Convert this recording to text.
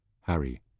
Harry